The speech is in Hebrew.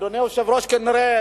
אדוני היושב-ראש, כנראה